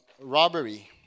robbery